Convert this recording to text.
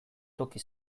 toki